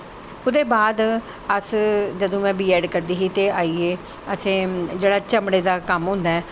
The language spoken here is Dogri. ते ओह्दे बाद अस उसलै में बी ऐड करदी ही ते आइयै असैं जेह्ड़ा चमड़े दा कम्म होंदा ऐ